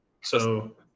So-